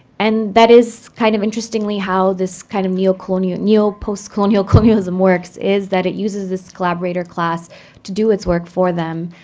and that is, kind of interestingly, how this kind of neo-post-colonial neo-post-colonial colonialism works, is that it uses this collaborator class to do its work for them